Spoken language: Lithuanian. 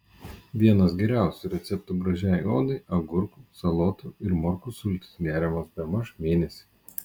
vienas geriausių receptų gražiai odai agurkų salotų ir morkų sultys geriamos bemaž mėnesį